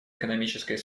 экономической